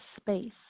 space